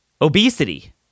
obesity